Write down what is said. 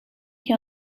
che